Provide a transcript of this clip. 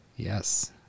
Yes